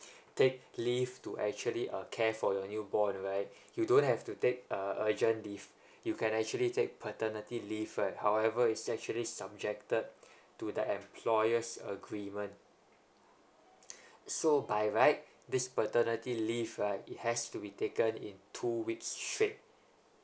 take leave to actually uh care for your newborn right you don't have to take uh urgent leave you can actually take paternity leave right however it's actually subjected to the employers agreement so by right this paternity leave right it has to be taken in two weeks straight